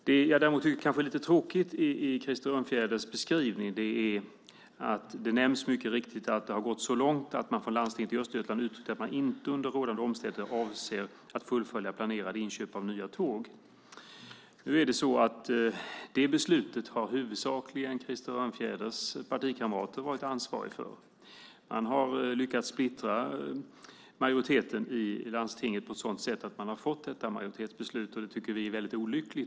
Det som däremot är lite tråkigt i Krister Örnfjäders beskrivning är att det nämns att det gått så långt att man från landstinget i Östergötland inte under rådande omständigheter avser att fullfölja planerade inköp av nya tåg. Det beslutet har huvudsakligen Krister Örnfjäders partikamrater varit ansvariga för. Man har lyckats splittra majoriteten i landstinget så att man fått detta majoritetsbeslut, och det tycker vi är väldigt olyckligt.